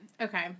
okay